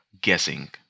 guessing